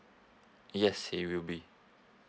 yes it will be